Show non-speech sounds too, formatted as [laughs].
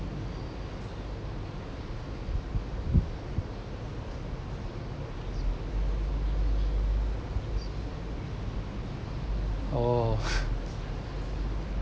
oh [laughs]